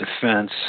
defense